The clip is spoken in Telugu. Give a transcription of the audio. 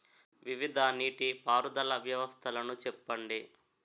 వివిధ నీటి పారుదల వ్యవస్థలను చెప్పండి?